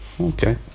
Okay